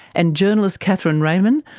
and journalist cathryn ramin?